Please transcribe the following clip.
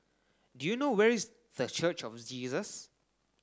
do you know where is The Church of Jesus